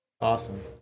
Awesome